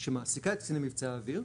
שמעסיקה את קציני מבצעי האוויר,